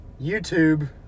YouTube